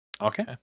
Okay